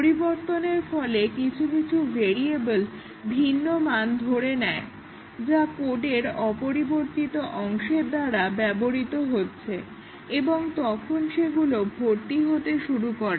পরিবর্তনের ফলে কিছু কিছু ভেরিয়েবল ভিন্ন মান ধরে নেয় যা কোডের অপরিবর্তিত অংশের দ্বারা ব্যবহৃত হচ্ছে এবং তখন সেগুলো ভর্তি হতে শুরু করে